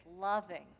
loving